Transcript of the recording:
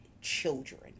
children